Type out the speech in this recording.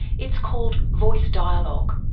it's called voice dialogue.